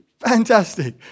Fantastic